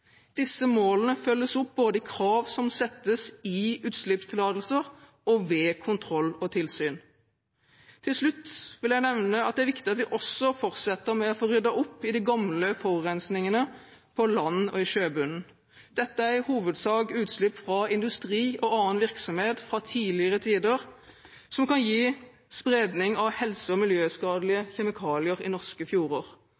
Disse målene følges opp både i krav som settes i utslippstillatelser, og ved kontroll og tilsyn. Til slutt vil jeg nevne at det er viktig at vi også fortsetter med å få ryddet opp i de gamle forurensningene på land og i sjøbunnen. Dette er i hovedsak utslipp fra industri og annen virksomhet fra tidligere tider som kan gi spredning av helse- og